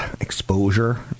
exposure